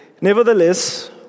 Nevertheless